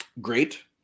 great